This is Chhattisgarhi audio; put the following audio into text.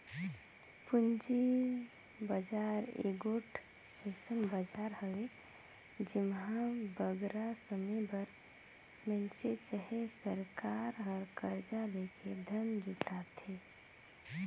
पूंजी बजार एगोट अइसन बजार हवे जेम्हां बगरा समे बर मइनसे चहे सरकार हर करजा लेके धन जुटाथे